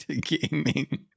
gaming